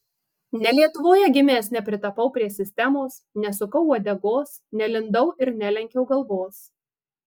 ne lietuvoje gimęs nepritapau prie sistemos nesukau uodegos nelindau ir nelenkiau galvos